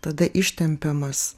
tada ištempiamas